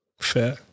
Fair